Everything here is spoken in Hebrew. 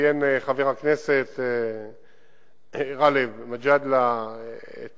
ציין חבר הכנסת גאלב מג'אדלה את